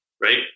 right